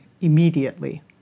immediately